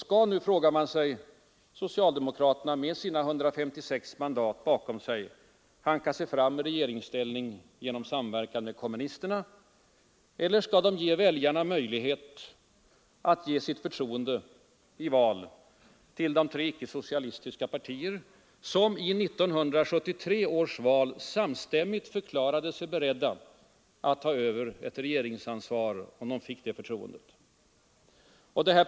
Skall nu socialdemokraterna med sina 156 mandat bakom sig hanka sig fram i regeringsställning genom samverkan med kommunisterna? Eller skall socialdemokraterna låta väljarna få möjlighet att ge sitt förtroende i val till de tre icke-socialistiska partier som i 1973 års val samstämmigt förklarat sig beredda att ta över ett regeringsansvar, om de fick det förtroendet?